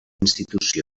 institució